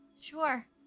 Sure